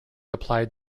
applied